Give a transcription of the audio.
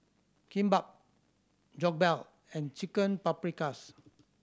Kimbap Jokbal and Chicken Paprikas